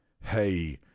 hey